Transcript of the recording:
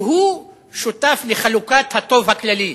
שהוא שותף לחלוקת הטוב הכללי.